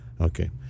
Okay